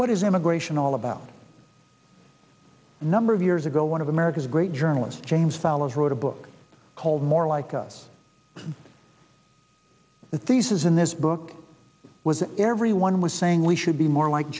what is immigration all about a number of years ago one of america's great journalist james fallows wrote a book called more like us the thesis in this book was everyone was saying we should be more like